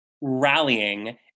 rallying